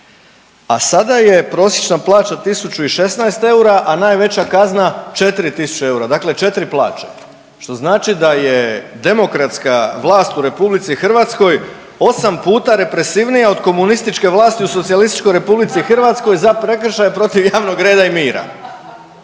A sada je prosječna plaća 1.016 eura, a najveća kazna 4.000 eura. Dakle, 4 plaće. Što znači da je demokratska vlast u RH 8 puta represivnija od komunističke vlasti u SRH za prekršaje protiv javnog reda i mira.